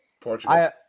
Portugal